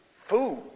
food